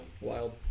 Wild